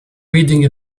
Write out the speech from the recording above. reading